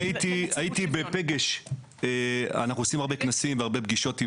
אנחנו עושים הרבה כנסים ופגישות.